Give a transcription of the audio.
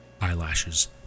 eyelashes